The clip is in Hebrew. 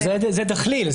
זה דחליל.